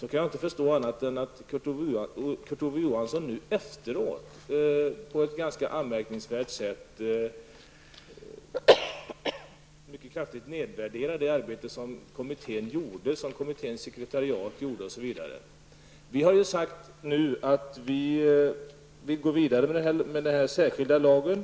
kan jag inte förstå annat än att Kurt Ove Johansson nu efteråt på ett ganska anmärkningsvärt sätt mycket kraftigt nedvärderar det arbete som kommittén och dess sekretariat gjorde. Vi har nu sagt att vi går vidare med denna särskilda lag.